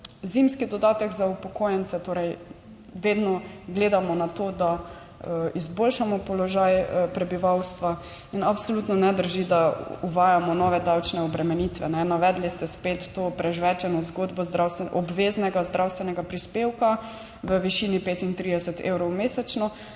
zimski dodatek za upokojence. Torej, vedno gledamo na to, da izboljšamo položaj prebivalstva. In absolutno ne drži, da uvajamo nove davčne obremenitve. Navedli ste spet to prežvečeno zgodbo obveznega zdravstvenega prispevka v višini 35 evrov mesečno.